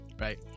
right